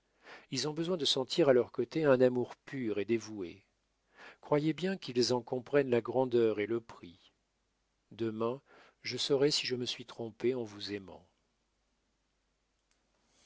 ils ont besoin de sentir à leurs côtés un amour pur et dévoué croyez bien qu'ils en comprennent la grandeur et le prix demain je saurai si je me suis trompé en vous aimant